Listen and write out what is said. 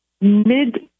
mid